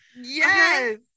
Yes